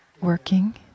working